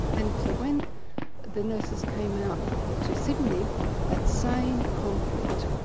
and so when the nurses came out to sydney that same conflict,